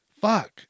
Fuck